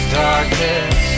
darkness